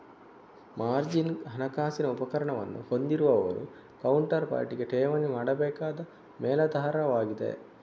margin ಹಣಕಾಸಿನ ಉಪಕರಣವನ್ನು ಹೊಂದಿರುವವರು ಕೌಂಟರ್ ಪಾರ್ಟಿಗೆ ಠೇವಣಿ ಮಾಡಬೇಕಾದ ಮೇಲಾಧಾರವಾಗಿದೆ